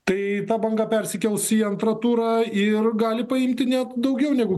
tai ta banga persikels į antrą turą ir gali paimti net daugiau negu